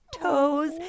toes